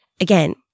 again